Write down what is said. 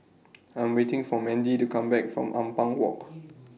I'm waiting For Mandie to Come Back from Ampang Walk